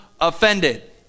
offended